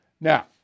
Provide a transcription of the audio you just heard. Now